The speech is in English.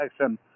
action